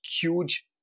huge